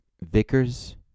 Vickers